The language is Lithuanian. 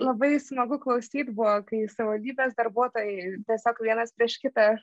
labai smagu klausyt buvo kai savivaldybės darbuotojai tiesiog vienas prieš kitą